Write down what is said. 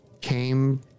came